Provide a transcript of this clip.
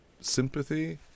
sympathy